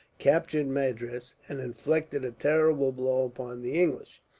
captured madras, and inflicted a terrible blow upon the english.